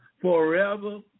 forever